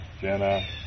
Jenna